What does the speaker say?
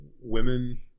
women